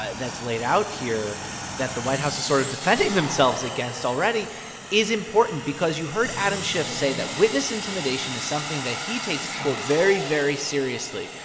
ah that's laid out here that the white house is sort of defending themselves against already is important because you heard adam schiff say that witness intimidation is something that he takes, quote, very, very seriously,